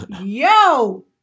Yo